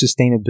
sustainability